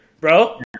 bro